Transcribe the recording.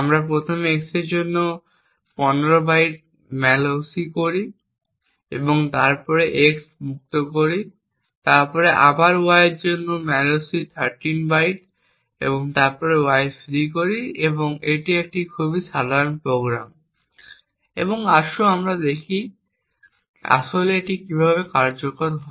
আমরা প্রথমে x এর জন্য 15 বাইট malloc করি এবং তারপর আমরা x মুক্ত করি তারপরে আমরাও y এর জন্য malloc 13 বাইট এবং তারপরে আমরা y ফ্রি করি এটি একটি খুব সাধারণ প্রোগ্রাম এবং আসুন দেখি এটি আসলে কীভাবে কার্যকর হয়